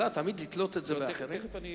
תמיד לתלות את זה באחרים?